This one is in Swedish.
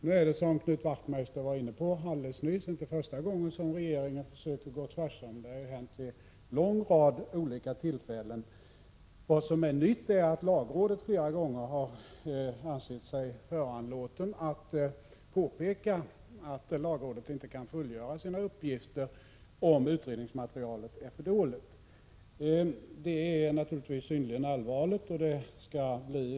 Nu är det, som Knut Wachtmeister alldeles nyss var inne på, inte första gången som regeringen försöker gå på tvärs; det har hänt vid en lång rad olika tillfällen. Vad som är nytt är att lagrådet flera gånger har ansett sig föranlåtet — Prot. 1986/87:15 att påpeka att lagrådet inte kan fullgöra sina uppgifter, om utredningsmateri 23 oktober 1986 alet är för dåligt. Det är naturligtvis synnerligen allvarligt, och det skall bli Om siåföretakarnas.